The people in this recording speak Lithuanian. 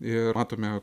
ir matome